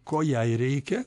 ko jai reikia